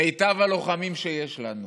מיטב הלוחמים שיש לנו.